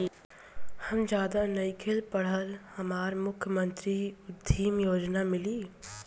हम ज्यादा नइखिल पढ़ल हमरा मुख्यमंत्री उद्यमी योजना मिली?